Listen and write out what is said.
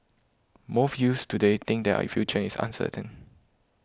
most youths today think that future is uncertain